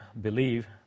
believe